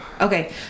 Okay